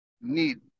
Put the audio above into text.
need